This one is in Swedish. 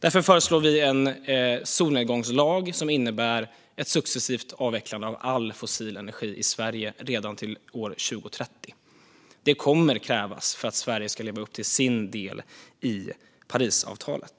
Därför föreslår vi en solnedgångslag som innebär ett successivt avvecklande av all fossil energi i Sverige redan till år 2030. Det kommer att krävas för att Sverige ska leva upp till sin del i Parisavtalet.